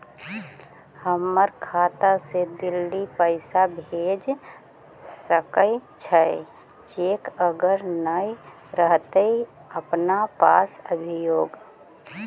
हमर खाता से दिल्ली पैसा भेज सकै छियै चेक अगर नय रहतै अपना पास अभियोग?